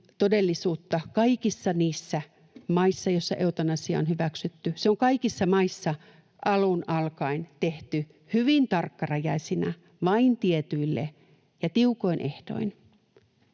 todellisuutta kaikissa niissä maissa, joissa eutanasia on hyväksytty. Se on kaikissa maissa alun alkaen tehty hyvin tarkkarajaisena vain tietyille ja tiukoin ehdoin.